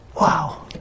Wow